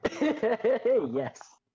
Yes